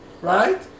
right